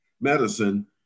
Medicine